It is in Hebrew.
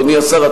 אדוני השר,